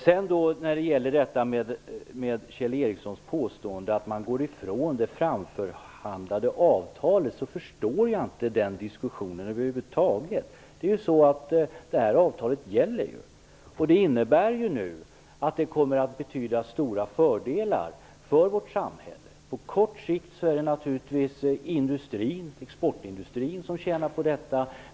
Sedan var det Kjell Ericssons påstående om att man går ifrån det framförhandlade avtalet. Jag förstår inte den diskussionen över huvud taget. Avtalet gäller. Det innebär stora fördelar för vårt samhälle. På kort sikt är det exportindustrin som tjänar på avtalet.